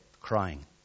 crying